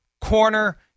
corner